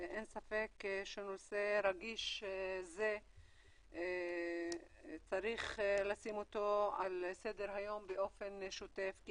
אין ספק שנושא רגיש זה צריך לשים אותו על סדר היום באופן שוטף כי